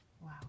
Wow